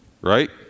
right